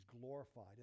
glorified